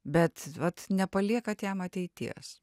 bet vat nepaliekant jam ateities